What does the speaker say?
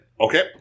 Okay